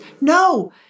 No